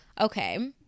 Okay